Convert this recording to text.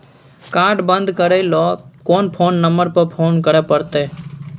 Card बन्द करे ल कोन नंबर पर फोन करे परतै?